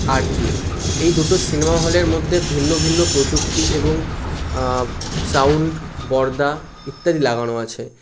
আরতি এই দুটো সিনেমা হলের মধ্যে ভিন্ন ভিন্ন প্রযুক্তি এবং সাউন্ড পর্দা ইত্যাদি লাগানো আছে